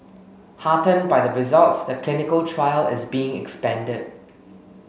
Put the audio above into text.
heartened by the results the clinical trial is being expanded